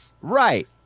Right